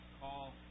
call